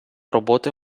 роботи